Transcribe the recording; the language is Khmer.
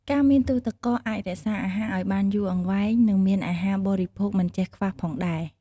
ការមានទូទឹកកកអាចរក្សាអាហារឲ្យបានយូរអង្វែង និងមានអាហារបរិភោគមិនចេះខ្វះផងដែរ។